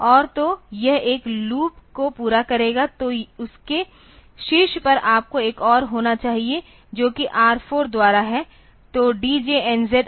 और तो यह एक लूप को पूरा करेगा तो उसके शीर्ष पर आपको एक और होना चाहिए जो कि R4 द्वारा है